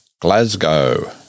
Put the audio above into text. Glasgow